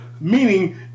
Meaning